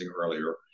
earlier